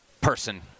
person